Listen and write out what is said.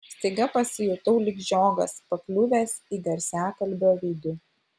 staiga pasijutau lyg žiogas pakliuvęs į garsiakalbio vidų